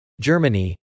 Germany